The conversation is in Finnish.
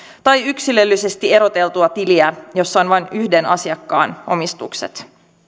tai yksilöllisesti eroteltua tiliä jossa on vain yhden asiakkaan omistukset